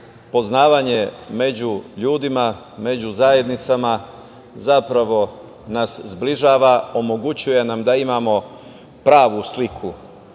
Poznavanje među ljudima, među zajednicama zapravo nas zbližava, omogućuje nam da imamo pravu sliku